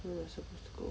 me also bro